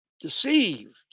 deceived